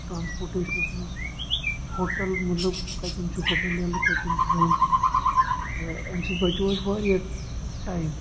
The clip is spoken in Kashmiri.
ٹرانسپوٹیسنس منٛز ہوٹل مطلب کتیٚن چھُ ہوٹل یلہٕ کتیٚن چھُ بند یا امہِ سۭتۍ بچوو اسہِ واریاہ ٹایِم